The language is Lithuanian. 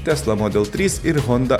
tesla model trys ir honda